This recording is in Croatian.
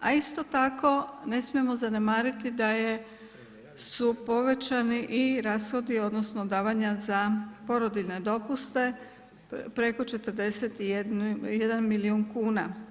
a isto tako ne smijemo zanemariti da su povećani i rashodi, odnosno davanja za porodiljne dopuste preko 41 milijun kuna.